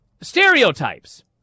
Stereotypes